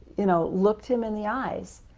you know looked him in the eyes,